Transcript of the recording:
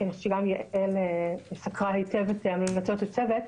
אני חושבת שגם יעל סקרה היטב את המלצות הצוות.